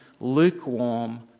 lukewarm